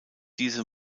diese